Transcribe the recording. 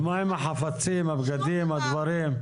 ומה עם החפצים, הבגדים, הדברים?